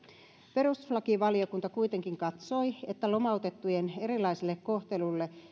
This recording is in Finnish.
perustuslakivaliokunta kuitenkin katsoi että lomautettujen erilaiselle kohtelulle